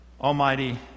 Almighty